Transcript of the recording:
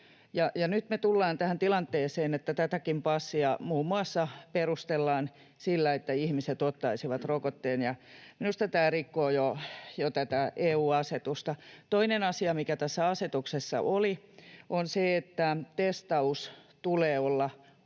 nyt me tullaan tähän tilanteeseen, että tätäkin passia muun muassa perustellaan sillä, että ihmiset ottaisivat rokotteen. Minusta tämä rikkoo jo tätä EU-asetusta. Toinen asia, mikä tässä asetuksessa oli, on se, että testauksen tulee olla